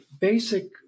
basic